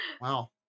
Wow